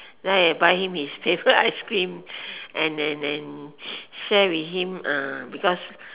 then I buy him his favourite ice cream and and and share with him uh because